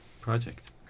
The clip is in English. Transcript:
project